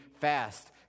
fast